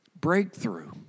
breakthrough